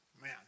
Man